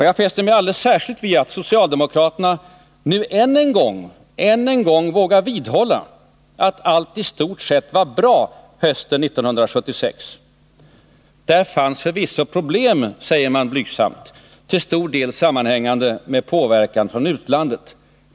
Jag fäster mig alldeles särskilt vid att socialdemokraterna nu än en gång vågar vidhålla, att allt i stort sett var bra hösten 1976. Där fanns förvisso problem — säger man blygsamt — till stor del sammanhängande med påverkan från utlandet.